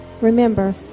Remember